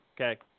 Okay